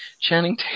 Channing